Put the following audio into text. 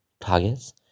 targets